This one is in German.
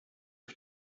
auf